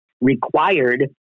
required